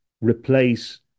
replace